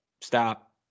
stop